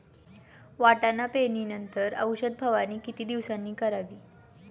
वाटाणा पेरणी नंतर औषध फवारणी किती दिवसांनी करावी?